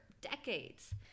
decades